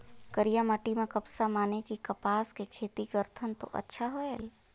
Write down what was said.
करिया माटी म कपसा माने कि कपास के खेती करथन तो अच्छा होयल?